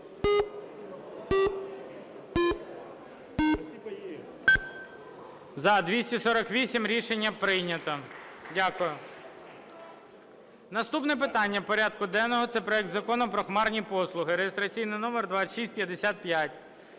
За-248 Рішення прийнято. Дякую. Наступне питання порядку денного – це проект Закону про хмарні послуги, (реєстраційний номер2655).